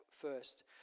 first